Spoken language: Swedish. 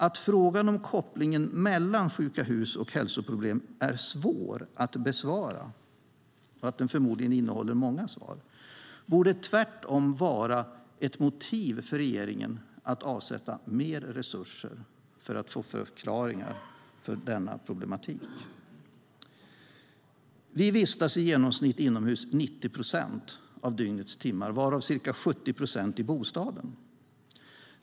Att frågan om kopplingen mellan sjuka hus och hälsoproblem är svår att besvara och förmodligen innehåller många svar borde tvärtom vara ett motiv för regeringen att avsätta mer resurser för att få förklaringar på denna problematik. Vi vistas i genomsnitt 90 procent av dygnets timmar inomhus varav ca 70 procent i bostaden.